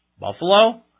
Buffalo